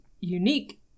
unique